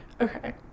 Okay